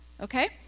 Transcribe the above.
Okay